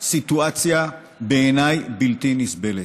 בעיניי סיטואציה בלתי נסבלת.